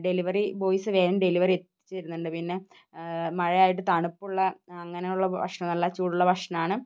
delivery boys വേഗം delivery എത്തിച്ചുതരുന്നുണ്ട് പിന്നെ മഴയായിട്ട് തണുപ്പുള്ള അങ്ങനെയുള്ള ഭക്ഷണമല്ല ചൂടുള്ള ഭക്ഷണമാണ്